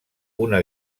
una